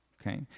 Okay